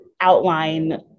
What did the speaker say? outline